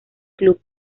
club